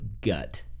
gut